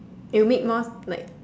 it would make more like